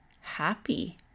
happy